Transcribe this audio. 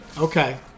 Okay